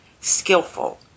skillful